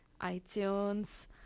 iTunes